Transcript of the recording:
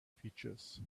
features